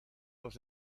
los